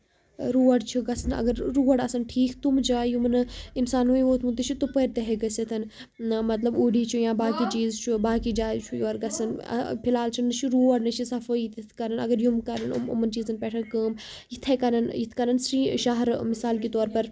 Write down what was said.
road چھُ گژھان اَگر روڈ آسن ٹھیٖک تِم جایہِ یِم نہٕ اِنسان وُنہِ ووٚتمُتٕۍ چھُ تپٲر تہِ ہیٚکہِ گژھِتھ مطلب اوڈی چھ یا باقٕے چیٖز چھُ باقٕے جایہِ چھُ یورٕ گژھُن فِلحال چھُ نہ روڈ نہ چھِ صفٲیی کَرٕنۍ اَگر یِم کرن یِمن چیٖزَن پٮ۪ٹھ کٲم یِتھٕے کٔنۍ یتھ کٔنۍ شہرن مِثال کے طور پر